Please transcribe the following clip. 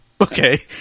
Okay